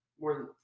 more